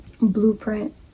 blueprint